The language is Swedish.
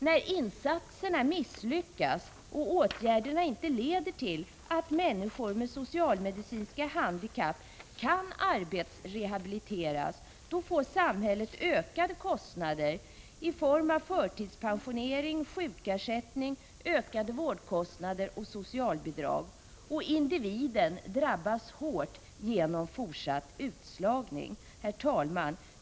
När insatserna misslyckas och åtgärderna inte leder till att människor med socialmedicinska handikapp kan arbetsrehabiliteras får samhället ökade kostnader i form av förtidspensionering, sjukersättning, ökade vårdkostnader och socialbidrag. Och individen drabbas hårt genom fortsatt utslagning. Herr talman!